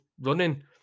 running